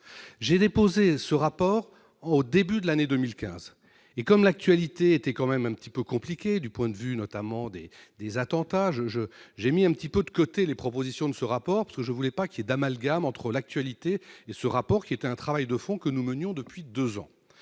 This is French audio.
j'ai déposé ce rapport au début de l'année 2015 et comme l'actualité était quand même un petit peu compliqué du point de vue notamment des des attentats je, je, j'ai mis un petit peu de côté les propositions de ce rapport, parce que je voulais pas qu'il ait d'amalgame entre l'actualité de ce rapport, qui est un travail de fond que nous menions depuis 2 ans,